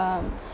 um